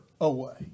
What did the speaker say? away